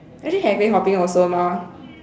actually cafe hopping also mah